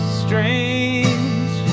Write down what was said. strange